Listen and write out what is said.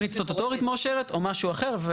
תוכנית סטטוטורית מאושרת או משהו אחר.